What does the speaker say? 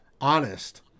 honest